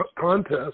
contest